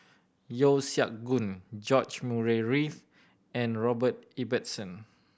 Yeo Siak Goon George Murray Reith and Robert Ibbetson